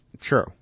True